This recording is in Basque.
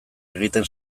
egiten